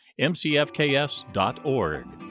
mcfks.org